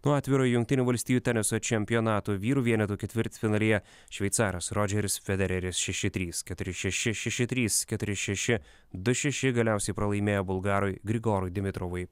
na o atviro jungtinių valstijų teniso čempionato vyrų vienetų ketvirtfinalyje šveicaras rodžeris federeris šeši trys keturi šeši šeši trys keturi šeši du šeši galiausiai pralaimėjo bulgarui grigorui dimitrovui